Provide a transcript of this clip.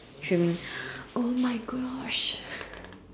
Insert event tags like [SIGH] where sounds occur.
trimming [BREATH] !oh-my-gosh!